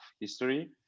history